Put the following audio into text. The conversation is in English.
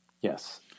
Yes